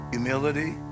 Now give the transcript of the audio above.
Humility